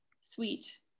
sweet